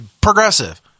progressive